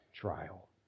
trial